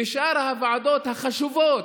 ואת שאר הוועדות החשובות.